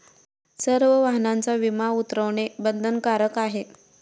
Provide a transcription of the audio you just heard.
सर्व वाहनांचा विमा उतरवणे बंधनकारक आहे